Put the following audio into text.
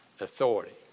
authority